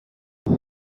این